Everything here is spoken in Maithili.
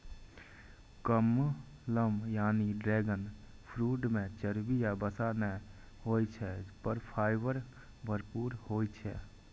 कमलम यानी ड्रैगन फ्रूट मे चर्बी या वसा नै होइ छै, पर फाइबर भरपूर होइ छै